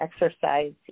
exercise